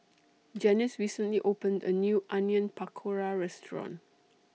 Janyce recently opened A New Onion Pakora Restaurant